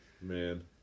Man